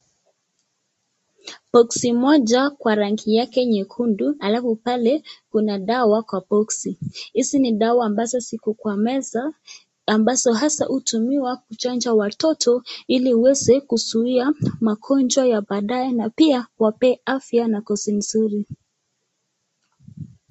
Boxi moja kwa rangi yake nyekundu alafu pale kuna dawa kwa boxi. Isi ni dawa ambazo ziko kwa meza ambazo hasa hutumiwa kuchanja watoto ili uweze kuzuia magonjwa ya baadaye na pia iwapee afya na ngozi mzuri.